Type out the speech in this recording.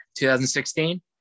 2016